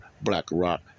BlackRock